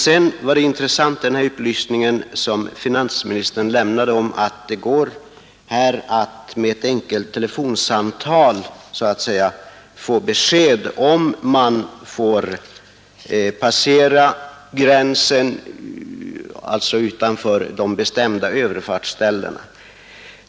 Det var också av värde att få upplysningen att det går att med ett enkelt telefonsamtal få besked om huruvida man får passera gränsen utanför de bestämda övergångsställena.